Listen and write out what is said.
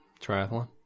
Triathlon